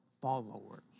followers